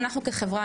אנחנו כחברה,